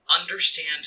understand